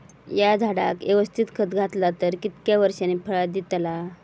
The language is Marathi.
हया झाडाक यवस्तित खत घातला तर कितक्या वरसांनी फळा दीताला?